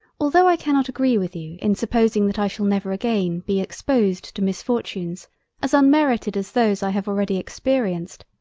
altho' i cannot agree with you in supposing that i shall never again be exposed to misfortunes as unmerited as those i have already experienced,